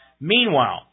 Meanwhile